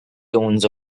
tones